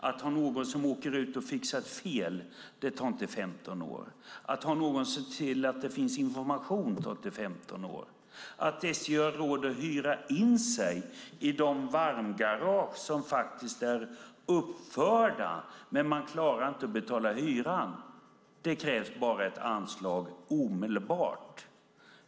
Att ha någon som åker ut och fixar fel tar inte 15 år. Att ha någon som ser till att det finns information tar inte 15 år. För att SJ ska ha råd att hyra in sig i de varmgarage som faktiskt är uppförda men där man inte klarar att betala hyran krävs bara ett anslag omedelbart.